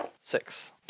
six